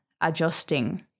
adjusting